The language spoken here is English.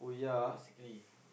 basically